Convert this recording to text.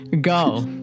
go